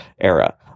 era